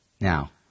Now